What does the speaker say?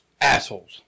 Assholes